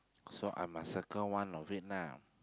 so I must circle one of it now